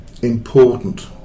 Important